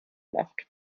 nacht